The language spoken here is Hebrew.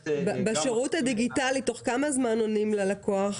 בשירות הדיגיטלי תוך כמה זמן עונים ללקוח?